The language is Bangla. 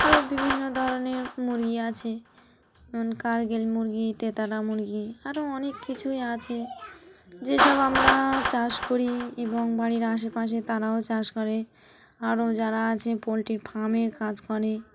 আরও বিভিন্ন ধরনের মুরগি আছে যেমন কার্গল মুরগি তেতারা মুরগি আরও অনেক কিছুই আছে যেসব আমরা চাষ করি এবং বাড়ির আশেপাশে তারাও চাষ করে আরও যারা আছে পোলট্রি ফার্মের কাজ করে